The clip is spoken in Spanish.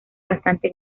bastante